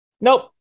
Nope